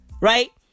Right